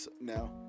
now